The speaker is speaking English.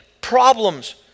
problems